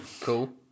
cool